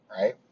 right